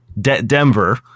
Denver